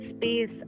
space